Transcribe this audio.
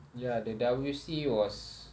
ya the W_C was